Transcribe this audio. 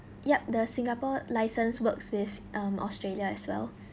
yup the singapore license works with um australia as well